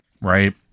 right